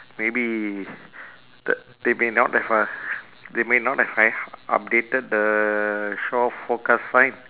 maybe the they may not have a they may not have updated the shore forecast sign